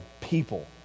people